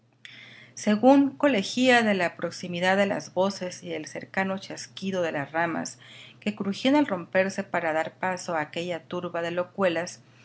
según colegía de la proximidad de las voces y del cercano chasquido de las ramas que crujían al romperse para dar paso a aquella turba de locuelas